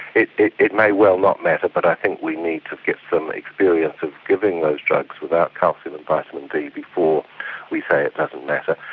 it it may well not matter but i think we need to get some experience of giving those drugs without calcium and vitamin d before we say it doesn't matter.